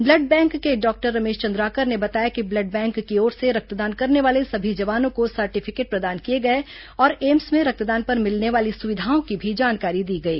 blood bank के doctor Ramesh Chandrakar ने बताया कि ब्लड बैंक की ँओर से रक्तदान करने वाले सभी जवानों को सर्टिफिकेट प्रदान किए गए और एम्स में रक्तदान पर मिलने वाली सुविधाओं की भी जानकारी दी गई